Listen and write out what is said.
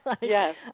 Yes